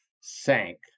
Sank